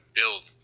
build